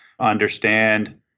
understand